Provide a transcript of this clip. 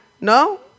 no